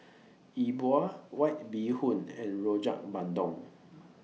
E Bua White Bee Hoon and Rojak Bandung